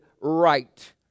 right